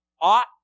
ought